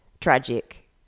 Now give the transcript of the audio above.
tragic